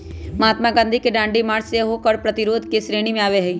महात्मा गांधी के दांडी मार्च सेहो कर प्रतिरोध के श्रेणी में आबै छइ